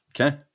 Okay